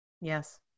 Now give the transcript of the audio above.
Yes